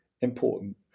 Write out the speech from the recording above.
important